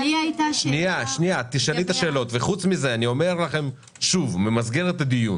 אנחנו כרגע משנים את הנוהל